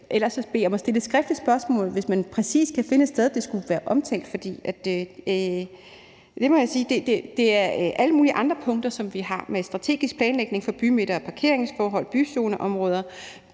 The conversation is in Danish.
jeg bede om, at man stiller et skriftligt spørgsmål, hvis man kan finde et sted, hvor det skulle være omtalt. For jeg må sige, at vi har alle mulige andre punkter med – strategisk planlægning for bymidter, parkeringsforhold, byzoneområder,